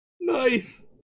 Nice